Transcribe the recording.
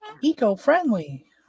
eco-friendly